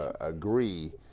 agree